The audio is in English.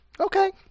Okay